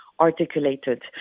articulated